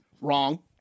Wrong